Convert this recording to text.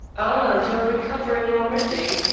ah! you are recovering already.